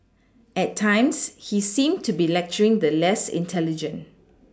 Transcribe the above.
at times he seemed to be lecturing the less intelligent